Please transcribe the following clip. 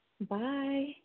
Bye